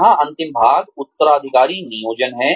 यहाँ अंतिम भाग उत्तराधिकारी नियोजन है